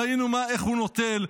ראינו איך הוא נוטל,